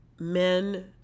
men